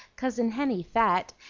cousin henny fat,